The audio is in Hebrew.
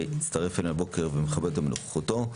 שהצטרף אלינו הבוקר ומכבד אותנו בנוכחותו.